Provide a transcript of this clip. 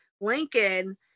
lincoln